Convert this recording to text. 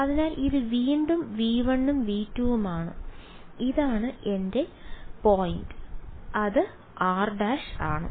അതിനാൽ ഇത് വീണ്ടും V1 ഉം V2 ഉം ആണ് ഇതാണ് ഇവിടെ എന്റെ പോയിന്റ് അത് r′ ആണ്